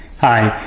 hi,